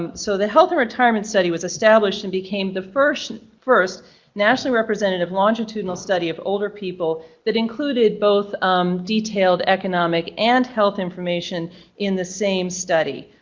um so the health and retirement study was established and became the first first nationally representative longitudinal study of older people that included both um detailed economic and health information in the same study.